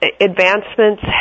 advancements